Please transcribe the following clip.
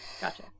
Gotcha